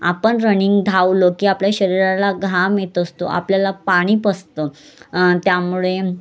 आपण रनिंग धावलो की आपल्या शरीराला घाम येत असतो आपल्याला पाणी पचतं त्यामुळे